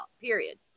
period